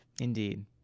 Indeed